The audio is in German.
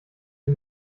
die